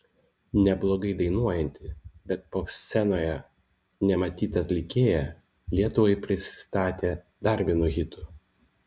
neblogai dainuojanti bet popscenoje nematyta atlikėja lietuvai prisistatė dar vienu hitu